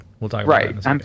Right